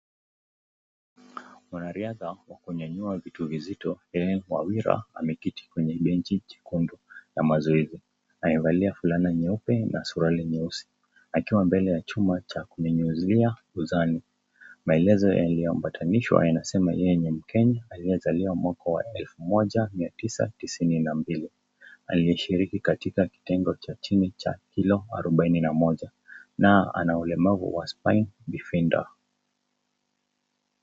Mwanariadha wa kunyanyua vitu vizito Hellen Wawira ameketi kwenye benchi jekundu ya mazoezi. Amevalia fulana nyeupe na suruali nyeusi akiwa mbele ya chuma ya kuinuzia uzani. Maelezo yaliyo ambatanishwa yanasema yeye ni Mkenya aliyezaliwa mwaka wa elfu moja mia tisa tisini na mbili aliyeshiriki katika kitengo cha chini cha kila harubaini na moja na anaulemavu wa spina bifida .